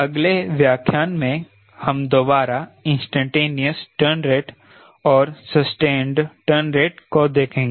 अगले व्याख्यान में हम दोबारा इंस्टैंटेनियस टर्न रेट और सस्टेंड टर्न रेट को देखेंगे